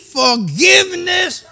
forgiveness